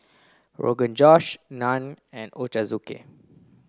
Rogan Josh Naan and Ochazuke